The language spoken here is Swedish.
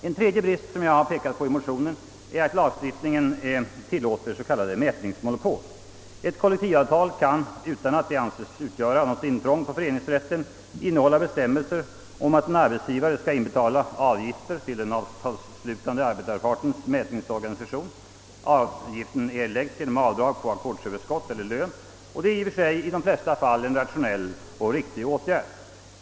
En tredje brist, som jag pekat på i min motion, är att lagstiftningen tillåter s.k. mätningsmonopol. Ett kollektivavtal kan, utan att det anses utgöra något intrång i föreningsrätten, innehålla bestämmelser om att arbetsgivare är skyldig att inbetala avgift till den avtalsslutande arbetarpartens mätningsorganisation. Avgiften erläggs genom avdrag på ackordsöverskott eller lön, och det är i och för sig i de flesta fall en rationell och riktig åtgärd.